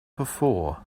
before